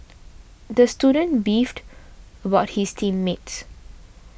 the student beefed about his team mates